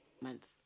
Month